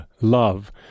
love